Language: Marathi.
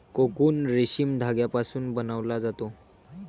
कोकून रेशीम धाग्यापासून बनवला जातो